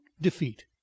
defeat